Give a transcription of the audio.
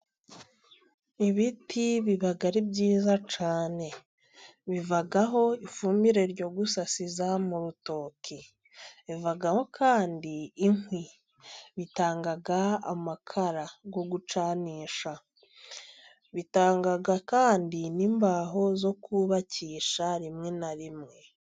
Ibiti biba ari byiza cyane. Bivaho ifumbire yo gusasira mu rutoki, bivaho kandi inkwi, bitanga amakara yo gucanisha, bitanga kandi n'imbaho zo kubakisha rimwe na rimwe.